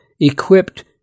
equipped